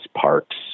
parks